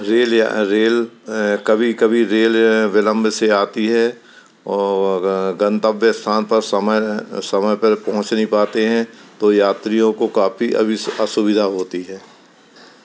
rail rail कभी कभी rail बिलंब से आती है और गंतव्य स्थान पर समय समय पर पहुँच नहीं पाते हैं तो यात्रियों को काफ़ी असुविधा होती है